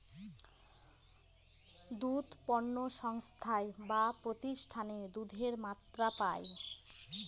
দুধ পণ্য সংস্থায় বা প্রতিষ্ঠানে দুধের মাত্রা পায়